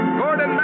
Gordon